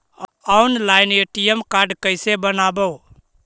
Online ATM card कैसे बनाबौ?